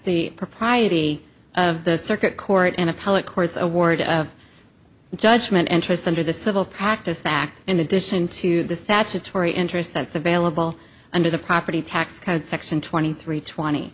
the propriety of the circuit court an appellate court's award of judgment interest under the civil practice the act in addition to the statutory interest that's available under the property tax code section twenty three twenty